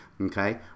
okay